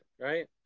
right